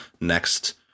next